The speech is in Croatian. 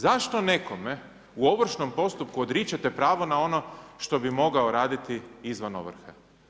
Zašto nekome u ovršnom postupku odričete pravo na ono što bi mogao raditi izvan ovrhe?